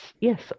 yes